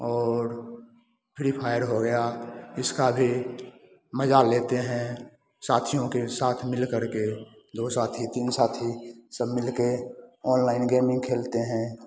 और Free Fire हो गया इसका भी मजा लेते हैं साथियों के साथ मिल करके दो साथी तीन साथी सब मिलके अनलाइन गेमिंग खेलते हैं